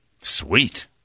Sweet